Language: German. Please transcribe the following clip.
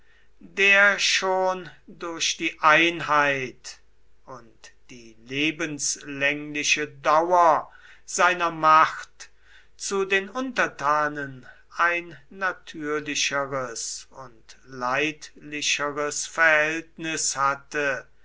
der schon durch die einheit und die lebenslängliche dauer seiner macht zu den untertanen ein natürlicheres und leidlicheres verhältnis hatte